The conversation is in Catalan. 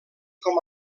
com